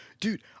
Dude